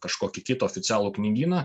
kažkokį kitą oficialų knygyną